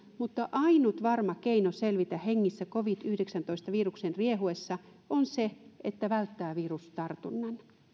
mutta ainut varma keino selvitä hengissä covid yhdeksäntoista viruksen riehuessa on se että välttää virustartunnan